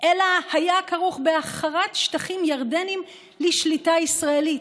אלא היה כרוך בהחכרת שטחים ירדניים לשליטה ישראלית,